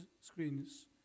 screens